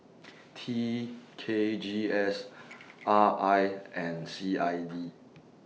T K G S R I and C I D